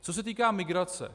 Co se týká migrace.